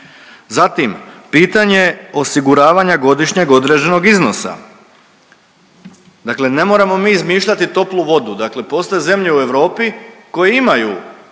Zatim pitanje osiguravanja godišnjeg određenog iznosa. Dakle ne moramo mi izmišljati toplu vodu, dakle postoje zemlje u Europi koje imaju